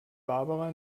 barbara